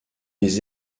les